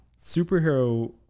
superhero